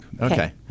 okay